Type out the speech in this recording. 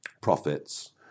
Profits